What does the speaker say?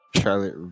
Charlotte